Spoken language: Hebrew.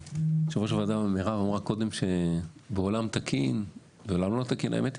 יושבת ראש הוועדה מירב אמרה קודם שבעולם תקין או בעולם לא תקין האמת,